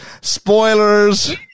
Spoilers